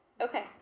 okay